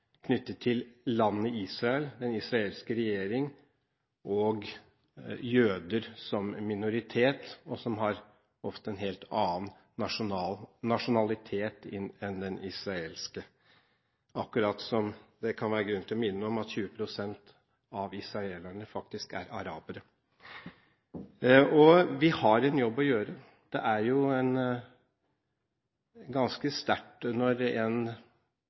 knyttet til landet Israel, den israelske regjering og jøder som minoritet, som ofte har en annen nasjonalitet enn den israelske. Det kan være grunn til å minne om at 20 pst. av israelerne faktisk er arabere. Vi har en jobb å gjøre. Det er ganske sterkt når en